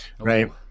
right